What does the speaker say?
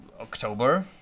October